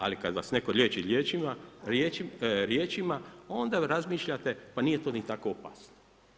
Ali kad vas netko liječi riječima onda razmišljate pa nije to ni tako opasno.